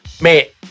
mate